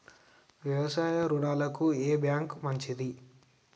వ్యవసాయ రుణాలకు ఏ బ్యాంక్ మంచిది?